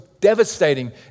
devastating